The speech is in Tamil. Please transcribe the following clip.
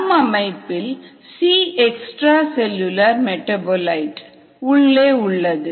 நம் அமைப்பில் C எக்ஸ்ட்ரா செல்லுலார் மெடாபோலிட் உள்ளே உள்ளது